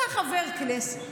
אתה חבר כנסת,